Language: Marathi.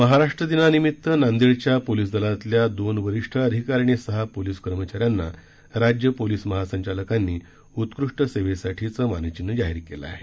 महाराष्ट्र दिनानिमित्त नांदेडच्या पोलिस दलातल्या दोन वरिष्ठ अधिकारी आणि सहा पोलीस कर्मचाऱ्यांना राज्य पोलीस महासंचालकांनी उत्कृष्ट सेवेसाठीचं मानचिन्ह जाहीर केलं आहे